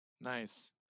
Nice